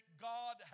God